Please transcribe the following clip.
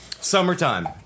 Summertime